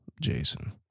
Jason